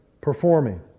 performing